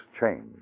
change